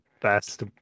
best